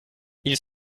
ils